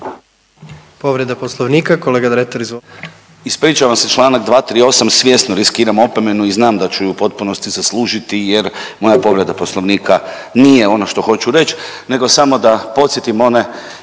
povredu poslovnika, kolega Bulj izvolite.